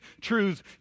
truths